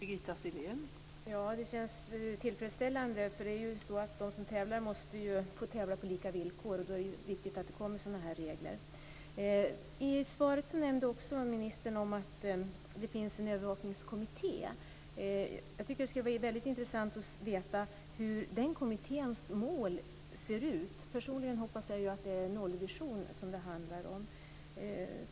Fru talman! Det känns tillfredsställande, för de som tävlar måste ju få tävla på lika villkor. Därför är det viktigt att den här typen av regler införs. I svaret nämnde ministern att det finns en övervakningskommitté. Det skulle vara väldigt intressant att veta vilka denna kommittés mål är. Personligen hoppas jag att det är en nollvision som det handlar om.